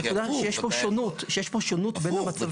הנקודה היא שיש פה שונות, יש פה שונות בין המצבים.